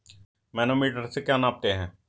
Manometer से क्या नापते हैं?